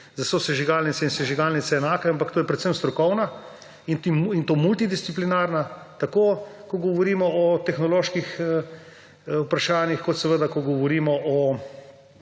za sosežigalnice in sežigalnice enake, ampak to je predvsem strokovna in to multidisciplinarna, tako ko govorimo o tehnoloških vprašanjih, kot ko govorimo o